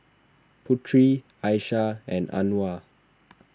Putri Aisyah and Anuar